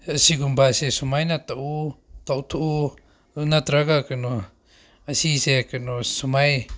ꯑꯁꯤꯒꯨꯝꯕ ꯑꯁꯦ ꯁꯨꯃꯥꯏꯅ ꯇꯧ ꯇꯧꯊꯣꯛꯎ ꯅꯠꯇ꯭ꯔꯒ ꯀꯩꯅꯣ ꯑꯁꯤꯁꯦ ꯀꯩꯅꯣ ꯁꯨꯃꯥꯏꯅ